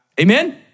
Amen